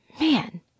man